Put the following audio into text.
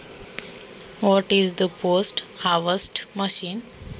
काढणीनंतरचे तंत्र काय आहे?